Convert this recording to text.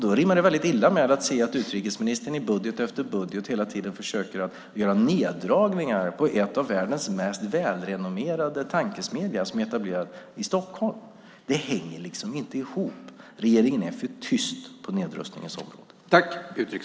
Då rimmar det illa när utrikesministern i budget efter budget försöker göra neddragningar på en av världens mest välrenommerade tankesmedjor, som är etablerad i Stockholm. Det hänger liksom inte ihop. Regeringen är för tyst på nedrustningens område.